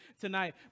tonight